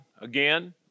Again